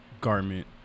garment